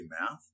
math